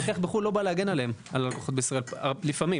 לפעמים,